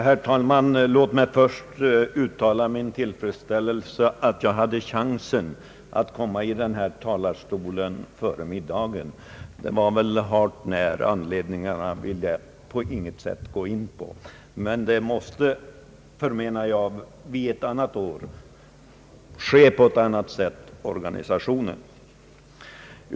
Herr talman! Låt mig först uttala min tillfredsställelse över att jag hade chansen att komma i denna talarstol före middagen. Orsaken till att det blev så vill jag inte gå in på. Men organisationen måste, förmenar jag, ett annat år ske på ett annat sätt.